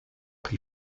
pri